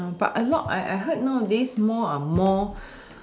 but a lot I I heard nowadays more more